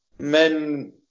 Men